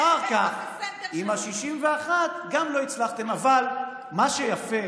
אחר כך, עם ה-61 גם לא הצלחתם, אבל מה שיפה